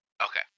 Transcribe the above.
Okay